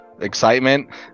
excitement